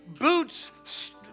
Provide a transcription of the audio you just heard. boots